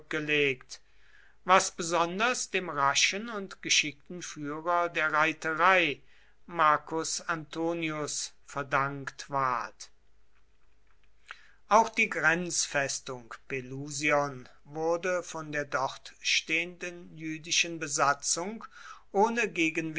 zurückgelegt was besonders dem raschen und geschickten führer der reiterei marcus antonius verdankt ward auch die grenzfestung pelusion wurde von der dort stehenden jüdischen besatzung ohne